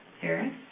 Paris